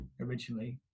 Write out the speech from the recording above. originally